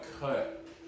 cut